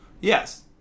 Yes